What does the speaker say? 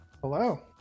Hello